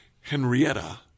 Henrietta